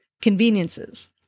conveniences